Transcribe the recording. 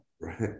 right